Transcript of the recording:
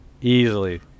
easily